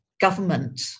government